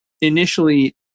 initially